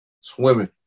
swimming